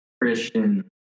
Christian